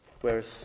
Whereas